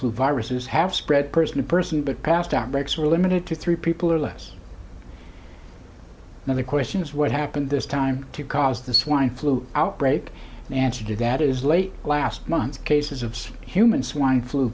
flu viruses have spread person to person but past outbreaks were limited to three people or less now the question is what happened this time to cause the swine flu outbreak answer to that is late last month cases of human swine flu